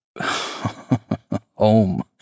home